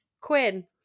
Quinn